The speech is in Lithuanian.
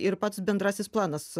ir pats bendrasis planas